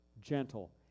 gentle